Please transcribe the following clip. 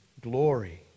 glory